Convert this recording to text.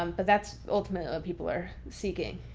um but that's ultimately what people are seeking.